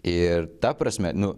ir ta prasme nu